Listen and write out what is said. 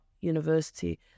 university